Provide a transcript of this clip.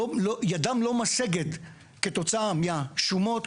ידם לא משגת כתוצאה מהשומות,